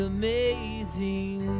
amazing